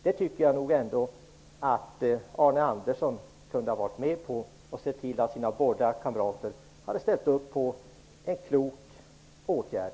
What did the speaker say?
Detta tycker jag att Arne Andersson kunde ha varit med på, och han kunde också ha sett till att hans båda kamrater ställde upp på en klok åtgärd.